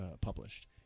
published